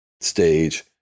stage